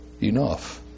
enough